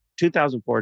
2004